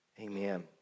Amen